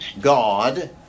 God